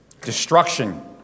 destruction